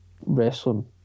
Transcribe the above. wrestling